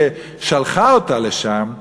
ששלחה אותו לשם,